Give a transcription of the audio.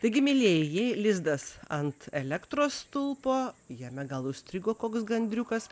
taigi mielieji jei lizdas ant elektros stulpo jame gal užstrigo koks gandriukas